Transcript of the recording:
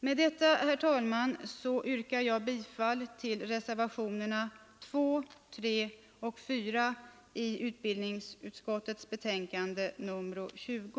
Med detta, herr talman, yrkar jag bifall till reservationerna 2, 3 och 4 i utskottets betänkande nr 20.